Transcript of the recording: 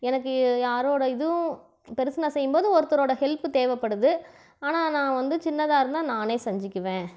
எனக்கு யாரோடய இதுவும் பெருசு நான் செய்யும் போது ஒருத்தரோடய ஹெல்ப்பு தேவைப்படுது ஆனால் நான் வந்து சின்னதாக இருந்தால் நான் செஞ்சிக்குவேன்